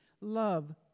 love